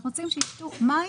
אנחנו רוצים שישתו מים.